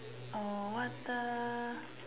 oh what the